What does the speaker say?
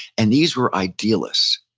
and these were idealists.